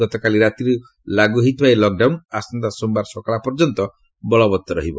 ଗତକାଲି ରାତିରୁ ଲାଗୁ ହୋଇଥିବା ଏହି ଲକ୍ଡାଉନ୍ ଆସନ୍ତା ସୋମବାର ସକାଳ ପର୍ଯ୍ୟନ୍ତ ବଳବତ୍ତର ରହିବ